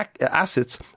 assets